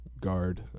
guard